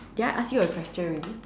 did I ask you a question already